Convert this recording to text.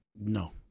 No